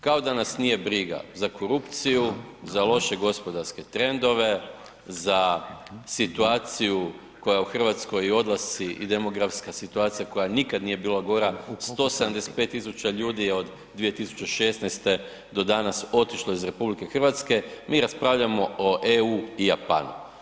Kao da nas nije briga za korupciju, za loše gospodarske trendove, za situaciju koja je u Hrvatskoj i odlasci i demografska situacija koja nikad nije bila gora, 175 000 ljudi je od 2016. do danas otišlo iz RH, mi raspravljamo o EU i Japanu.